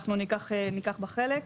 אנחנו ניקח בה חלק,